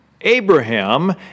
Abraham